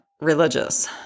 religious